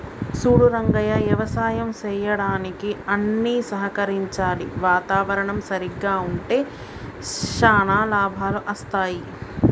సూడు రంగయ్య యవసాయం సెయ్యడానికి అన్ని సహకరించాలి వాతావరణం సరిగ్గా ఉంటే శానా లాభాలు అస్తాయి